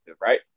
right